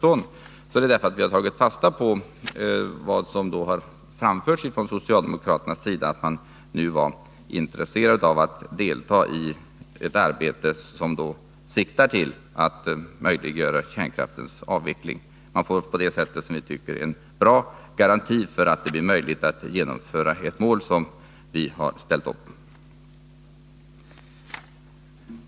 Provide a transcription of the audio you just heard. Vi har gjort detta därför att vi har tagit fasta på att socialdemokraterna har framfört att de nu är intresserade av att delta i ett arbete som siktar till att möjliggöra kärnkraftens avveckling. Vi får på detta sätt en bra garanti för att det skall bli möjligt att nå det mål som vi har ställt upp.